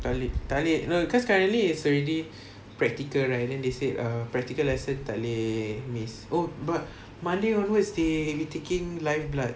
tak boleh tak boleh cause currently is already practical right then they say err practical lesson takleh miss oh but monday onwards they taking live blood